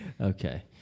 Okay